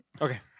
Okay